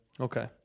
Okay